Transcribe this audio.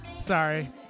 Sorry